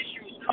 issues